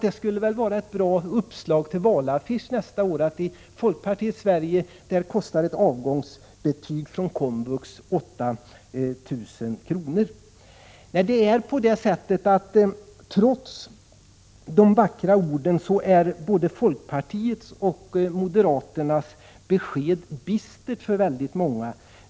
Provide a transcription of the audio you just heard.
Det är ett bra uppslag till en valaffisch nästa år, där det står att i folkpartiets Sverige kostar ett avgångsbetyg från komvux 8 000 kr. Nej, trots de vackra orden är både folkpartiets och moderaternas besked bistra för väldigt många.